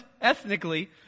ethnically